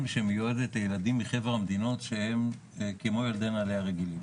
שמיועדת לילדים מחבר המדינות שהם כמו ילדי נעל"ה הרגילים.